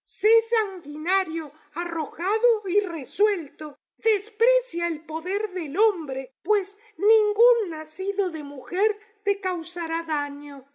sé sanguinario arrojado y resuelto desprecia el poder del hombre pues ningún nacido de mujer te causará daño